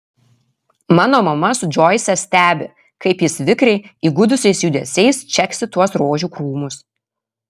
mano mama su džoise stebi kaip jis vikriai įgudusiais judesiais čeksi tuos rožių krūmus